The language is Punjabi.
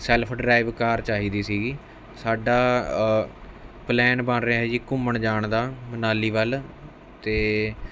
ਸੈਲਫ ਡਰਾਈਵ ਕਾਰ ਚਾਹੀਦੀ ਸੀਗੀ ਸਾਡਾ ਪਲੈਨ ਬਣ ਰਿਹਾ ਜੀ ਘੁੰਮਣ ਜਾਣ ਦਾ ਮਨਾਲੀ ਵੱਲ ਅਤੇ